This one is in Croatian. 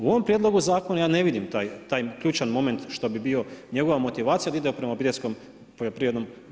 U ovom prijedlogu zakona ja ne vidim taj ključan moment što bi bio, njegova motivacija da ide prema obiteljskom poljoprivrednom gospodarstvu.